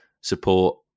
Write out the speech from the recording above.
support